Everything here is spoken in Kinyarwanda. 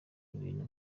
ibintu